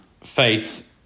faith